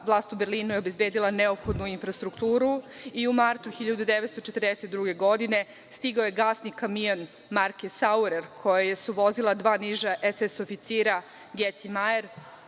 vlast u Berlinu je obezbedila neophodnu infrastrukturu i u martu 1942. godine stigao je gasni kamion marke „Saurer“, koji su vozila dva niža SS-oficira Gec i Majer,